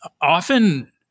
Often